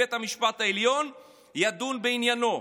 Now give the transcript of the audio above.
בית המשפט העליון ידון בעניינו.